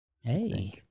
Hey